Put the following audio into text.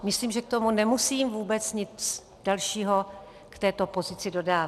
Myslím, že k tomu nemusím vůbec nic dalšího, k této pozici, dodávat.